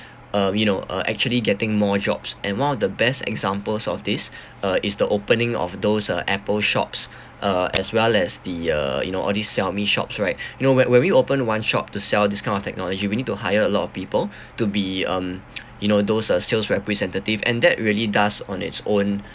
uh you know uh actually getting more jobs and one of the best examples of these uh is the opening of those uh Apple shops uh as well as the uh you know all these Xiaomi shops right you know when when we open one shop to sell this kind of technology we need to hire a lot of people to be um you know those uh sales representative and that really does on its own